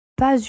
Pas